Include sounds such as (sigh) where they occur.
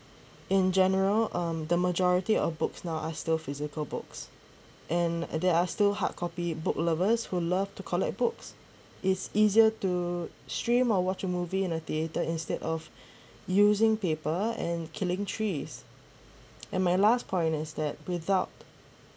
in general um the majority of books now are still physical books and there are still hard copy book lovers who love to collect books it's easier to stream or watch a movie in the theatre instead of (breath) using paper and killing trees and my last point is that without